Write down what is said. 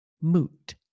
moot